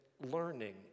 learning